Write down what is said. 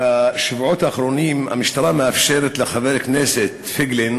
בשבועות האחרונים המשטרה מאפשרת לחבר הכנסת פייגלין